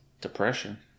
Depression